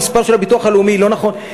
המספר של הביטוח הלאומי לא נכון?